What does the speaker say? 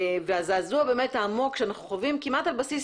והזעזוע באמת העמוק שאנחנו חווים כמעט על בסיס